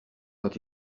quand